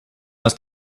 must